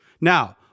Now